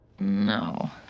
No